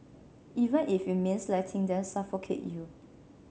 even if it means letting them suffocate you